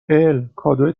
الکادوی